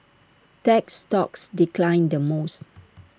tech stocks declined the most